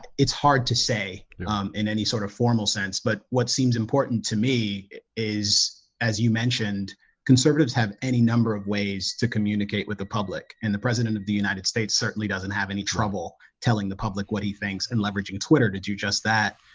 it's hard to say in any sort of formal sense, but what seems important to me is as you mentioned conservatives have any number of ways to communicate with the public and the president of the united states certainly doesn't have any trouble telling the public what he thinks and leveraging twitter to do just that.